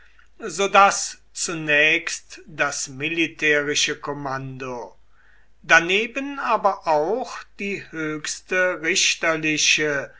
so daß zunächst das militärische kommando daneben aber auch die höchste richterliche